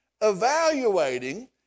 evaluating